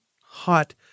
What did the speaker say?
Hot